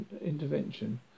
intervention